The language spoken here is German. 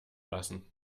lassen